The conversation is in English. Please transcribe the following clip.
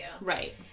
Right